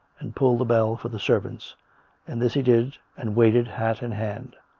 and pull the bell for the servants and this he did, and waited, hat in hand.